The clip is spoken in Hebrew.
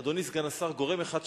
אדוני סגן השר, גורם אחד שכחת.